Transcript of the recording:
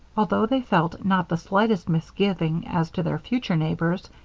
although they felt not the slightest misgiving as to their future neighbors,